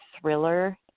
Thriller